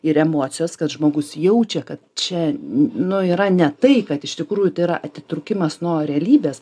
ir emocijos kad žmogus jaučia kad čia nu yra ne tai kad iš tikrųjų tai yra atitrūkimas nuo realybės